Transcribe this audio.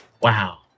wow